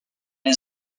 les